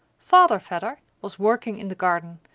father vedder was working in the garden,